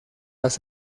las